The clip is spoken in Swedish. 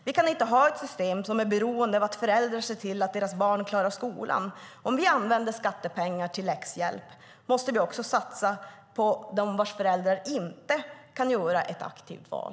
Vi kan inte ha ett system som är beroende av att föräldrar ser till att deras barn klarar skolan. Om vi använder skattepengar till läxhjälp måste vi också satsa på dem vilkas föräldrar inte kan göra ett aktivt val.